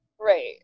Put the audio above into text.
Right